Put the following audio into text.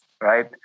right